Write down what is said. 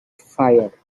fire